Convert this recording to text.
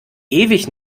ewig